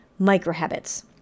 microhabits